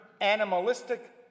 animalistic